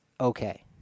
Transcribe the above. okay